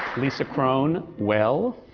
lisa kron, well.